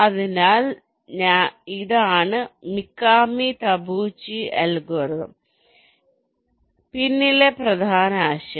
അതിനാൽ ഇതാണ് Mikami Tabuchi algorithm പിന്നിലെ പ്രധാന ആശയം